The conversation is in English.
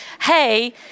Hey